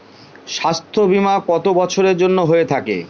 স্বাস্থ্যবীমা কত বছরের জন্য হয়ে থাকে?